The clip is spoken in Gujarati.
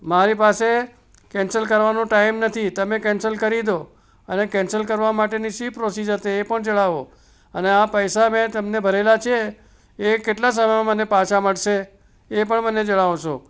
મારી પાસે કેન્સલ કરવાનો ટાઇમ નથી તમે કેન્સલ કરી દો અને કેન્સલ કરવા માટેની શી પ્રોસીજર છે એ પણ જણાવો અને આ પૈસા મેં તમને ભરેલા છે એ કેટલા સમયમાં મને પાછા મળશે એ પણ મને જણાવશો